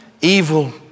evil